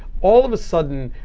all of a sudden,